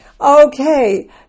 Okay